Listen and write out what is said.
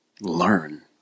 learn